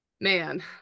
man